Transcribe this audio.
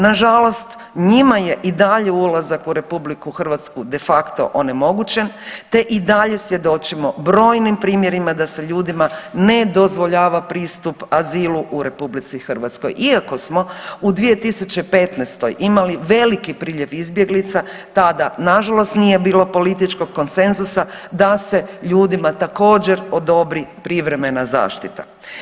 Nažalost, njima je i dalje u RH de facto onemogućen te i dalje svjedočimo brojim primjerima da se ljudima ne dozvoljava pristup azilu u RH, iako smo u 2015. imali veliki priljev izbjeglica tada nažalost nije bilo političkog konsenzusa da se ljudima također odobri privremena zaštita.